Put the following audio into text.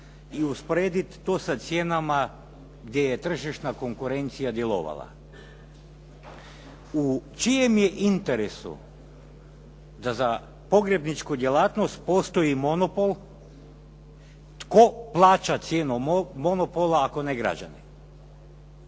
i usporediti to sa cijenama gdje je tržišna konkurencija djelovala. U čijem je interesu da za pogrebničku djelatnost postoji monopol? Tko plaća cijenu monopola, ako ne građani?